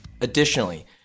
Additionally